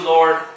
Lord